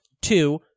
two